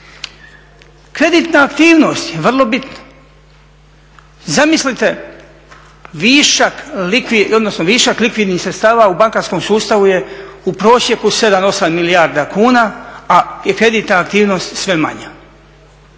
Kreditna aktivnost je vrlo bitna. Zamislite višak likvidnih sredstava u bankarskom sustavu je u prosjeku 7, 8 milijarda kuna, a kreditna aktivnost sve manje.